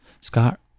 scott